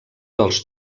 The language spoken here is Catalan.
dels